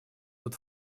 тот